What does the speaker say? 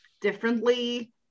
differently